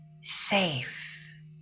Safe